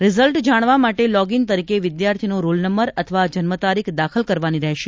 result જાણવા માટે login તરીકે વિદ્યાર્થીનો રોલનંબર અથવા જન્મતારીખ દાખલ કરવાની રહેશે